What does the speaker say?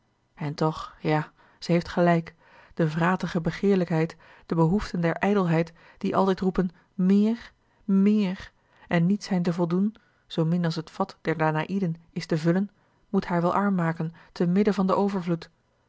en toch ja zij heeft gelijk de vratige begeerlijkheid de behoeften der ijdelheid die altijd roepen meer meer en niet zijn te a l g bosboom-toussaint de delftsche wonderdokter eel zoomin als het vat der danaïden is te vullen moet haar wel arm maken te midden van den overvloed